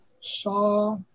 saw